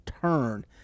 turn